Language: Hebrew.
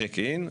צ'ק אין,